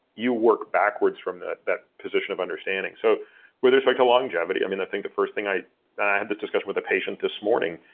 you work backwards from that that position of understanding. so with respect to longevity, i mean, i think the first thing i, and i had this discussion with a patient this morning.